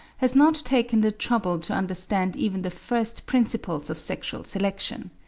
has not taken the trouble to understand even the first principles of sexual selection.